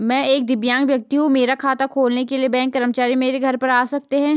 मैं एक दिव्यांग व्यक्ति हूँ मेरा खाता खोलने के लिए बैंक कर्मचारी मेरे घर पर आ सकते हैं?